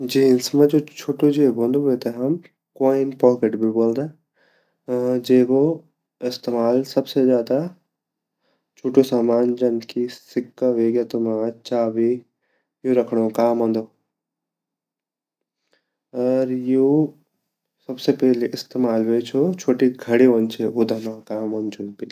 जीन्स मा जु छोटू जेब वोंदु वेते कॉइन पॉकेट भी ब्वल्दा अर ये जेबो सबसे ज़्यादा इस्तेमाल छोटू सामान जन की सिक्का वेग्या तुमा चाभी यु राखंडा काम औंदा अर यु सबसे पहली इस्तेमाल वे छो छोटी घडी वोन्दि छे उ धनो काम औन्दु छो पेहली।